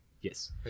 Yes